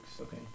Okay